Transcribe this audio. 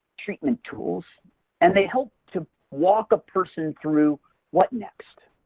treatment tools and they help to walk a person through what next?